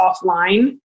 offline